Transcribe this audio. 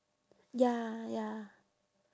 ya ya